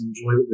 enjoy